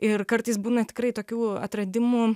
ir kartais būna tikrai tokių atradimų